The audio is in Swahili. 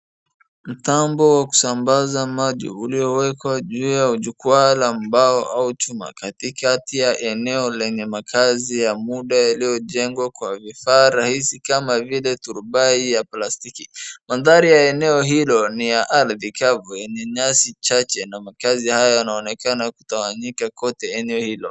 Mtambo wa kusambaza maji ulioekwa juu ya jukwaa la mbao au chuma katikati la eneo lenye makazi ya muda yaliojengwa kwa vifaa rahisi kama vile turubai ya plastiki. Madhari ya eneo hilo ni ya ardhi kavu yenye nyasi chache na maakazi hayo yanaonekana kutawanyika kwote eneo hilo.